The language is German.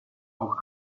auch